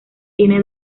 tiene